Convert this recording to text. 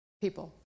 people